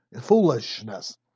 Foolishness